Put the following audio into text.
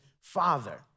father